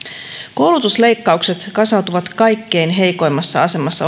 koulutusleikkaukset kasautuvat kaikkein heikoimmassa asemassa